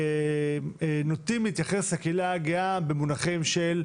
יש נטייה להתייחס לקהילה הגאה במונחים של,